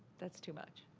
that's too much.